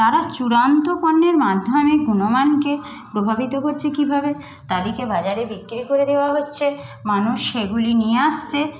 তারা চূড়ান্ত পণ্যের মাধ্যমে গুণমানকে প্রভাবিত করছে কীভাবে তাদিকে বাজারে বিক্রি করে দেওয়া হচ্ছে মানুষ সেগুলি নিয়ে আসছে